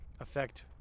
affect